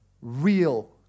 real